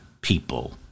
people